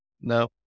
No